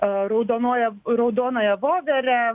raudonuoja raudonąją voverę